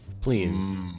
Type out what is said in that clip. Please